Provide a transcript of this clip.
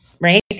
right